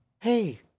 hey